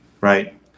right